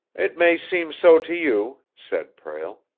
it may seem so to you, said prale,